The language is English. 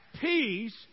peace